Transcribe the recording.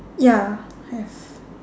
ya have